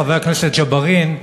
חבר הכנסת ג'בארין,